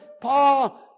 Paul